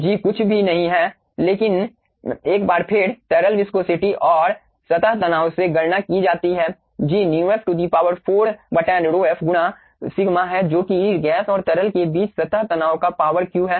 G कुछ भी नहीं है लेकिन एक बार फिर तरल विस्कोसिटी और सतह तनाव से गणना की जाती है G μf4 ρf गुना σ है जो कि गैस और तरल के बीच सतह तनाव का पावर q है